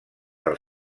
del